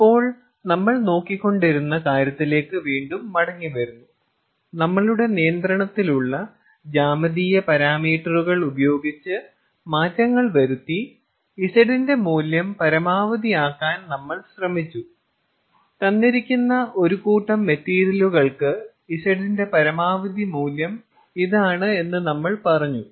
ഇപ്പോൾ നമ്മൾ നോക്കുന്ന കാര്യത്തിലേക്ക് വീണ്ടും മടങ്ങിവരുന്നു നമ്മളുടെ നിയന്ത്രണത്തിലുള്ള ജ്യാമിതീയ പാരാമീറ്ററുകൾ ഉപയോഗിച്ച് മാറ്റങ്ങൾ വരുത്തി Z ന്റെ മൂല്യം പരമാവധിയാക്കാൻ നമ്മൾ ശ്രമിച്ചു തന്നിരിക്കുന്ന ഒരു കൂട്ടം മെറ്റീരിയലുകൾക്ക് Z ന്റെ പരമാവധി മൂല്യം ഇതാണ് എന്ന് നമ്മൾ പറഞ്ഞു